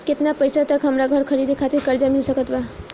केतना पईसा तक हमरा घर खरीदे खातिर कर्जा मिल सकत बा?